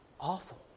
awful